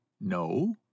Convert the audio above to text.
no